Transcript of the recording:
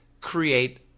create